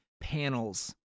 panels